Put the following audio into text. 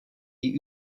die